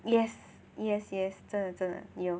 yes yes yes 真的真的你有